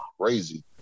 crazy